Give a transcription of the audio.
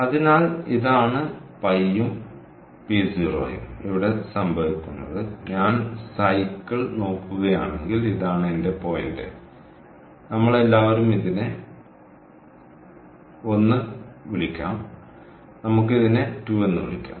അതിനാൽ ഇതാണ് പൈയും പി0യും ഇവിടെ സംഭവിക്കുന്നത് ഞാൻ സൈക്കിൾ നോക്കുകയാണെങ്കിൽ ഇതാണ് എന്റെ പോയിന്റ് നമ്മൾ എല്ലാവരും ഇതിനെ ഒന്ന് വിളിക്കാം നമുക്ക് ഇതിനെ 2 എന്ന് വിളിക്കാം